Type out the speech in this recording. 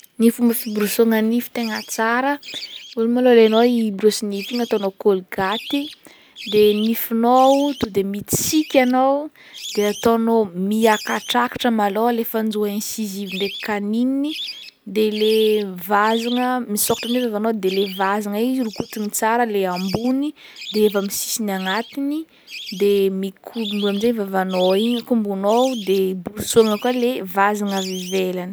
Ny fomba fiborosoagna nify tegna tsara vôlohany malôha alainao i borosy nify igny ataonao kolgaty de nifinao to de mitsiky anao de ataonao miakatrakatra malôha le fanjohy incisive ndraiky caninei de le vazagna misôkatra magnano i vavanao de le vazagna i rokontigny tsara le ambony de avy amy sisiny agnatiny de mikombogno aminjay vavanao igny akombonao de borosoagna koa le vazagna avy ivelany.